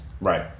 Right